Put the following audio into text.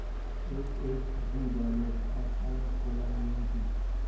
SHG দলের account খোলার নিয়ম কী?